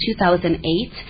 2008